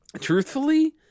truthfully